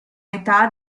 metà